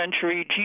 century